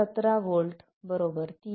17 V 3